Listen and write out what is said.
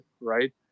right